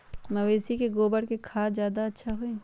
मवेसी के गोबर के खाद ज्यादा अच्छा होई?